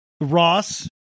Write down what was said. Ross